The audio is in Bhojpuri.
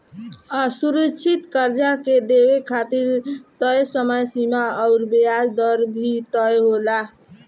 असुरक्षित कर्जा के देवे खातिर तय समय सीमा अउर ब्याज दर भी तय होला